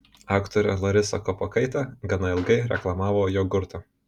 aktorė larisa kalpokaitė gana ilgai reklamavo jogurtą